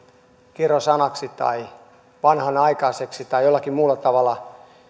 kirosanaksi vanhanaikaiseksi tai jollakin muulla tavalla